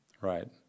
Right